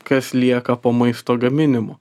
kas lieka po maisto gaminimo